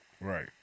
Right